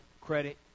credit